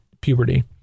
puberty